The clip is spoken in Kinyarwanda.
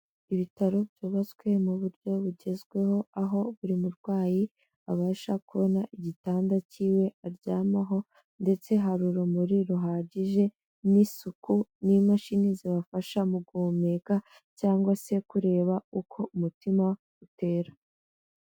Ibitaro byubatswe mu buryo bugezweho, aho buri murwayi abasha kubona igitanda kiwe aryamaho ndetse hari urumuri ruhagije n'isuku n'imashini zibafasha mu guhumeka, cyangwa se kureba uko umutima utera.